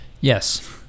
yes